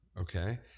okay